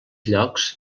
llocs